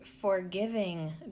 forgiving